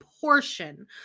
portion